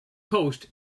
post